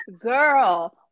girl